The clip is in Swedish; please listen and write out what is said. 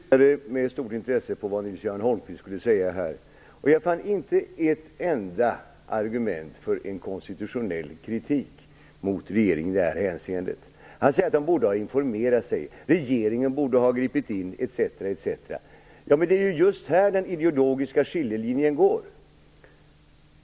Herr talman! Jag lyssnade med stort intresse på vad Nils-Göran Holmqvist skulle säga. Jag fann inte ett enda argument för en konstitutionell kritik mot regeringen i det här hänseendet. Han säger att regeringen borde ha informerat sig, den borde ha gripit in. Det är just här den ideologiska skiljelinjen går.